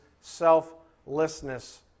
selflessness